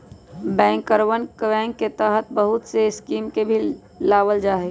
बैंकरवन बैंक के तहत बहुत से स्कीम के भी लावल जाहई